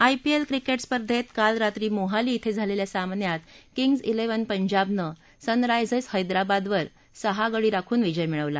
IPL cricket स्पर्धेत काल रात्री मोहाली ििं झालेल्या सामन्यात किंग्ज ििव्हन पंजाबनं सनरायजर्सं हैदराबादवर सहा गडी राखून विजय मिळवला